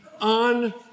on